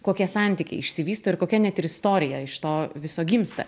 kokie santykiai išsivysto ir kokia net ir istorija iš to viso gimsta